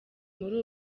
muri